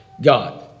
God